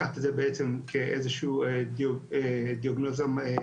לקחת את זה כדיאגנוזה מבדלת.